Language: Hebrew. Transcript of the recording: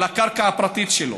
על הקרקע הפרטית שלו.